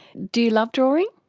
do you love drawing?